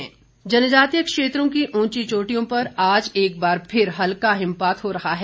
मौसम जनजातीय क्षेत्रों की ऊंची चोटियों पर आज एक बार फिर हल्का हिमपात हो रहा है